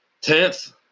Tenth